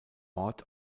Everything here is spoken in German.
ort